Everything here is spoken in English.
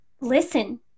listen